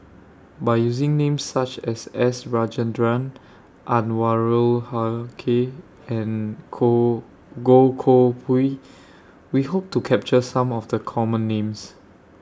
By using Names such as S Rajendran Anwarul Haque and KohnGoh Koh Pui We Hope to capture Some of The Common Names